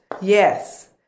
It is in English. Yes